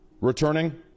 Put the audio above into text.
returning